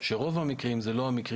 ברוב המקרים זה לא זה.